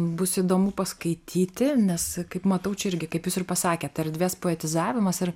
bus įdomu paskaityti nes kaip matau čia irgi kaip jūs ir pasakėt erdvės poetizavimas ir